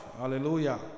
Hallelujah